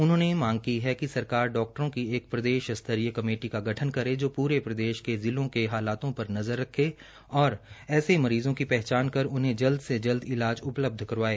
उन्होंने मांग की है कि सरकार डॉक्टरों की एक प्रदेश स्तरीय कमेटी का गठन करे जो पूरे प्रदेश के जिलों के हालातों पर नजर रख सके और ऐसे मरीजों की पहचान कर उन्हें जल्द से जल्द इलाज उपलब्ध कराए